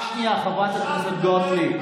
רק שנייה, חברת הכנסת גוטליב.